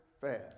fast